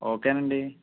ఓకేనండీ